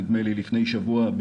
נדמה לי לפני שבוע,